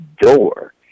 door